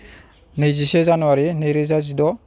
नैजिसे जानुवारि नैरोजा जिद'